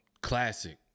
classic